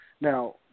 Now